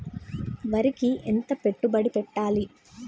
వరికి ఎంత పెట్టుబడి పెట్టాలి?